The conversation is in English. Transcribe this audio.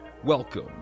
Welcome